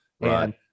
right